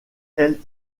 elle